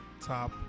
top